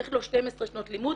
צריך להיות לו 12 שנות לימוד.